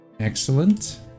Excellent